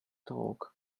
torque